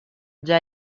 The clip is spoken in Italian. già